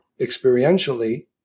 experientially